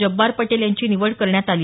जब्बार पटेल यांची निवड करण्यात आली